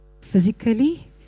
physically